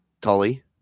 Tully